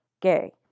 gay